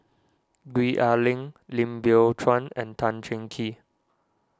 Gwee Ah Leng Lim Biow Chuan and Tan Cheng Kee